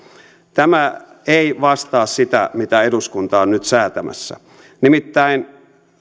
tämä ei vastaa sitä mitä eduskunta on nyt säätämässä nimittäin